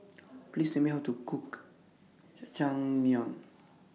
Please Tell Me How to Cook Jajangmyeon